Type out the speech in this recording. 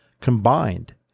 combined